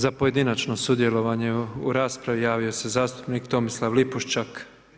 Za pojedinačno sudjelovanje u raspravi javio se zastupnik Tomislav Lipošćak.